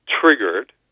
triggered